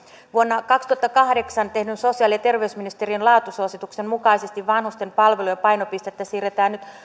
vuonna kaksituhattakahdeksan tehdyn sosiaali ja terveysministeriön laatusuosituksen mukaisesti vanhusten palvelujen painopistettä siirretään nyt